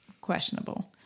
questionable